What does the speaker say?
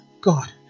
god